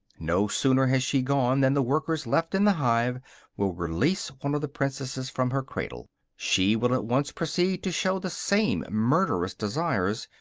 no sooner has she gone than the workers left in the hive will release one of the princesses from her cradle she will at once proceed to show the same murderous desires,